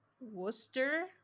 Worcester